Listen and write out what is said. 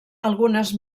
algunes